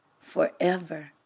forever